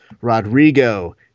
Rodrigo